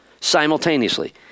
simultaneously